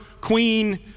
queen